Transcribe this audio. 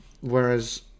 Whereas